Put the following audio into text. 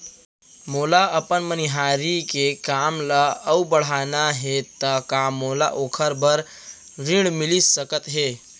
मोला अपन मनिहारी के काम ला अऊ बढ़ाना हे त का मोला ओखर बर ऋण मिलिस सकत हे?